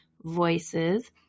voices